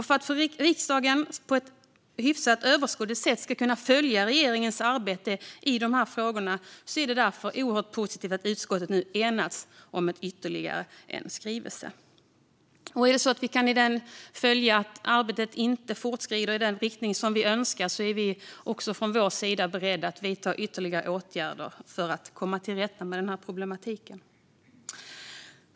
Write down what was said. För att riksdagen på ett hyfsat överskådligt sätt ska kunna följa regeringens arbete i de här frågorna är det oerhört positivt att utskottet nu enats om ytterligare en skrivelse. Om vi kan se att arbetet inte fortskrider i den riktning som vi önskar är vi beredda att vidta ytterligare åtgärder för att komma till rätta med den här problematiken.